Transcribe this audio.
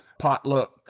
potluck